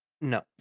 No